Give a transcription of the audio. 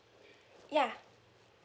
ya